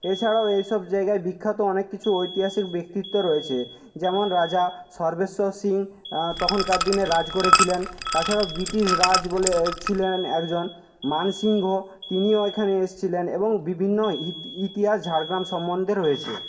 এছাড়াও এই সব জায়গায় বিখ্যাত অনেক কিছু ঐতিহাসিক ব্যক্তিত্ব রয়েছে যেমন রাজা সর্বেশ্বর সিং তখনকার দিনে রাজ করেছিলেন তাছাড়াও ব্রিটিশ রাজ বলে ছিলেন একজন মান সিংহ তিনিও এখানে এসছিলেন এবং বিভিন্ন ইতিহাস ঝাড়গ্রাম সম্বন্ধে রয়েছে